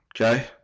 okay